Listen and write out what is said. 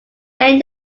may